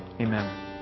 Amen